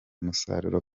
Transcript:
umusaruro